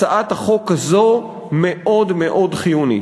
הצעת החוק הזאת מאוד חיונית.